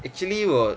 actually 我